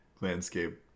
landscape